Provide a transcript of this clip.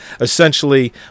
Essentially